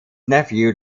nephew